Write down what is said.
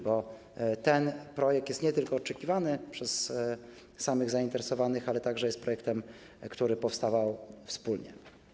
Bo ten projekt jest nie tylko oczekiwany przez samych zainteresowanych, ale także jest projektem, który powstawał wspólnie.